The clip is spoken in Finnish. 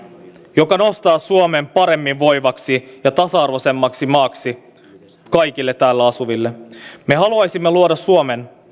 joka nostaa suomen paremmin voivaksi ja tasa arvoisemmaksi maaksi kaikille täällä asuville me haluaisimme luoda suomen